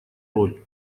роль